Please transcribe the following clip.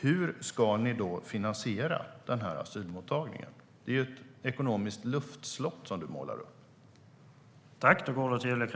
Hur ska ni finansiera den här asylmottagningen? Det är ju ett ekonomiskt luftslott som du målar upp, Julia Kronlid.